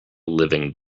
living